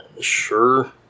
Sure